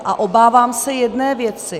A obávám se jedné věci.